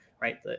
right